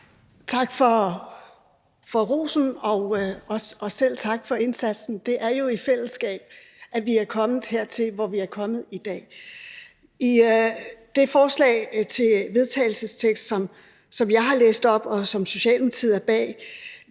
Tak for rosen, og selv tak for indsatsen. Det er jo i fællesskab, at vi er kommet hertil, hvor vi er kommet i dag. I det forslag til vedtagelse, som jeg har læst op, og som Socialdemokratiet står bag,